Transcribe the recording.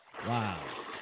Wow